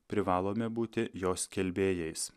privalome būti jo skelbėjais